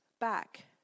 back